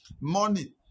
Money